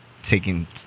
taking